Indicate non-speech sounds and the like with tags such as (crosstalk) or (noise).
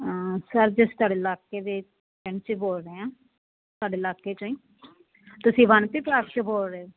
sir ji ਅਸੀਂ ਤੁਹਾਡੇ ਇਲਾਕੇ ਦੇ ਐਮਸੀ ਬੋਲ ਰਹੇ ਹਾਂ ਤੁਹਾਡੇ ਇਲਾਕੇ 'ਚੋਂ ਹੀ ਤੁਸੀਂ (unintelligible) ਕਲਾਸ 'ਚੋਂ ਬੋਲ ਰਹੇ